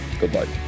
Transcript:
goodbye